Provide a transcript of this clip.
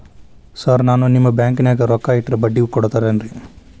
Sir ನಾನು ನಿಮ್ಮ ಬ್ಯಾಂಕನಾಗ ರೊಕ್ಕ ಇಟ್ಟರ ಬಡ್ಡಿ ಕೊಡತೇರೇನ್ರಿ?